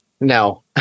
no